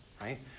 Right